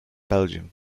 belgium